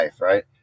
right